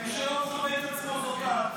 מי שלא מכבד את עצמו הוא את.